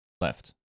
left